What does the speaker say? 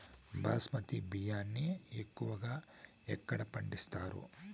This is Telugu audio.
బాస్మతి బియ్యాన్ని ఎక్కువగా ఎక్కడ పండిస్తారు?